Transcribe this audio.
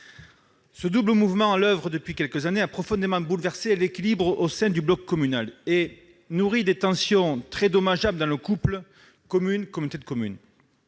Ce double mouvement, à l'oeuvre depuis quelques années, a profondément bouleversé l'équilibre au sein du bloc communal et nourri des tensions très dommageables dans le couple communes-communauté de communes.